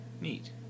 Neat